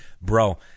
bro